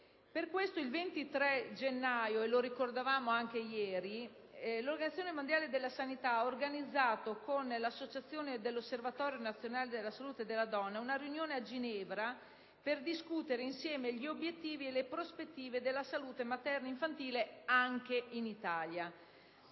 Per questo il 23 gennaio - lo ricordavamo anche ieri - l'Organizzazione mondiale della sanità ha organizzato con l'associazione Osservatorio nazionale sulla salute della donna una riunione a Ginevra per discutere insieme gli obiettivi e le prospettive della salute materno-infantile anche in Italia,